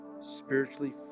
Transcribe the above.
spiritually